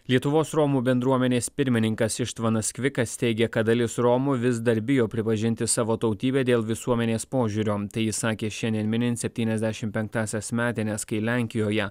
lietuvos romų bendruomenės pirmininkas ištvanas kvikas teigia kad dalis romų vis dar bijo pripažinti savo tautybę dėl visuomenės požiūrio tai jis sakė šiandien minint septyniasdešim penktąsias metines kai lenkijoje